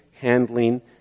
handling